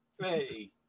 Hey